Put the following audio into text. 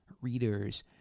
readers